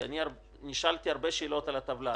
כי נשאלתי הרבה שאלות על הטבלה,